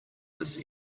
this